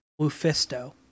Lufisto